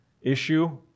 issue